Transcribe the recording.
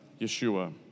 Yeshua